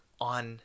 on